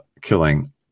killing